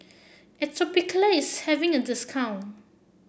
Atopiclair is having a discount